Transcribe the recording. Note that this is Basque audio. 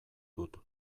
dut